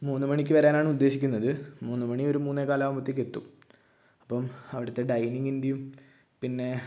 മൂന്നു മണിക്ക് വരാനാണ് ഉദ്ദേശിക്കുന്നത് മൂന്നുമണി ഒരു മൂന്നേകാലാകുമ്പോഴേക്കും എത്തും അപ്പം അവിടത്തെ ഡൈനിങ്ങിൻ്റെയും പിന്നെ